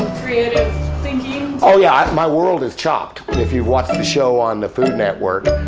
creative thinking. ah yeah, my world is chopped. but if you watch the show on the food network,